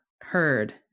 heard